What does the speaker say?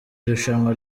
irushanwa